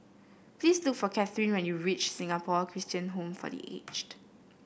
please look for Cathryn when you reach Singapore Christian Home for The Aged